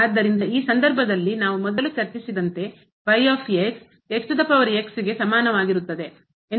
ಆದ್ದರಿಂದ ಈ ಸಂದರ್ಭದಲ್ಲಿ ನಾವು ಮೊದಲು ಚರ್ಚಿಸಿದಂತೆ ಗೆ ಸಮಾನವಾಗಿರುತ್ತದೆ ತೆಗೆದುಕೊಳ್ಳುವ